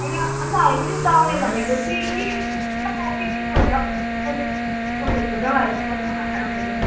हैन अनि त हामी पनि उता आउने भनेको थियो कि